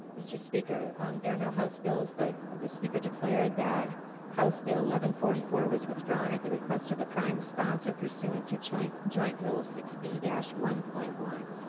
mr. speaker there are no house bills but the speaker declared that house bill eleven forty four was withdrawn at the request of the prime sponsor pursuant to joint joint rule six b dash one point one